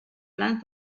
plans